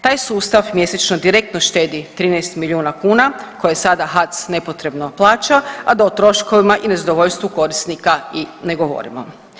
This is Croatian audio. Taj sustav mjesečno direktno štedi 13 milijuna kuna koji sada HAC nepotrebno plaća, a do troškovima i nezadovoljstvu korisnika i ne govorimo.